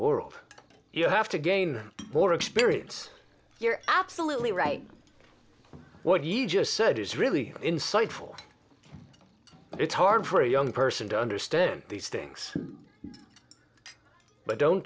world you have to gain more experience you're absolutely right what you just said is really insightful it's hard for a young person to understand these things but don't